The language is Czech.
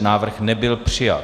Návrh nebyl přijat.